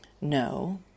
No